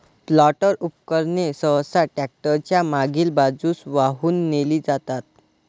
planter उपकरणे सहसा tractor च्या मागील बाजूस वाहून नेली जातात